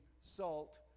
salt